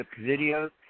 videos